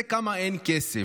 זה כמה אין כסף.